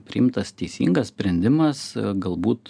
priimtas teisingas sprendimas galbūt